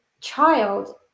child